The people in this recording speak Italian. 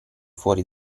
fuori